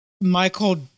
Michael